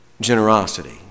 generosity